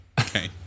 okay